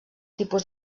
tipus